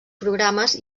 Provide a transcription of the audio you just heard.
programes